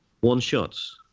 one-shots